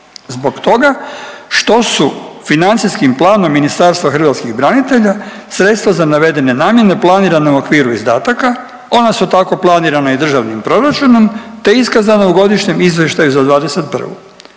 zbog toga što su financijskim planom Ministarstva hrvatskih branitelja sredstva za navedene namjene planirane u okviru izdataka ona su tako planirana i državnim proračunom te je iskazano u godišnjem izvještaju za '21.,